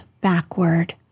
backward